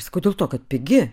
sakau dėl to kad pigi